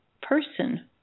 person